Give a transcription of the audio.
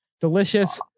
Delicious